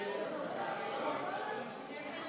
ההצעה להעביר את הצעת חוק הביטוח הלאומי (תיקון,